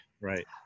Right